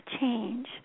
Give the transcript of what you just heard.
change